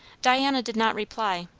diana did not reply.